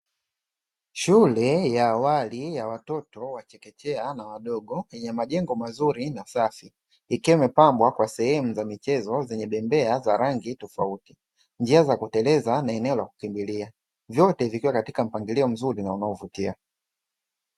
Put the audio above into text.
Shule ya awali ya watoto wa chekechea na wadogo, yenye majengo mazuri na safi, ikiwa imepambwa kwa sehemu za michezo zenye bembea za rangi tofauti, njia za kuteleza na eneo la kukimbilia. Vyote vikiwa katika mpangilio mzuri na unaovutia.